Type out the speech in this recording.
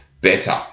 better